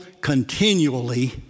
continually